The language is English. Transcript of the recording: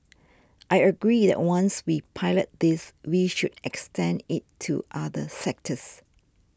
I agree that once we pilot this we should extend it to other sectors